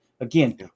Again